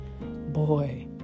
Boy